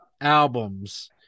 albums